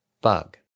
Bug